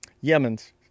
Yemen's